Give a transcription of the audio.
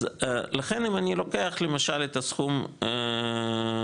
לכן, אם אני לוקח למשל סכום לזוג,